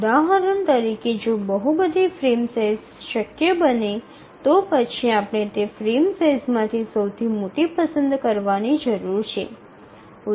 ઉદાહરણ તરીકે જો બહુ બધી ફ્રેમ સાઇઝ શક્ય બને તો પછી આપણે તે ફ્રેમ સાઇઝ માંથી સૌથી મોટી પસંદ કરવાની જરૂર છે